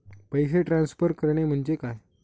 पैसे ट्रान्सफर करणे म्हणजे काय?